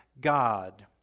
God